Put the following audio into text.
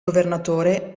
governatore